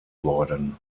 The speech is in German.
worden